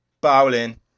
Bowling